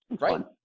Right